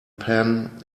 pan